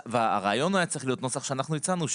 הרעיון היה צריך להיות נוסח שאנחנו הצענו,